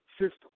system